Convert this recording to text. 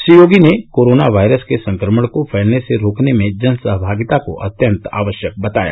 श्री योगी ने corona virus के संक्रमण को फैलने से रोकने में जनसहभागिता को अत्यंत आवश्यक बताया